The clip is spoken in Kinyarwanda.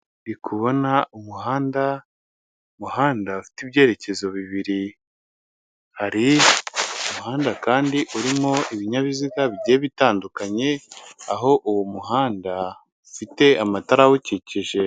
Ndi kubona umuhanda. Umuhanda ufite ibyerekezo bibiri, hari umuhanda kandi urimo ibinyabiziga bigiye bitandukanye, aho uwo muhanda ufite amatara uwukikije.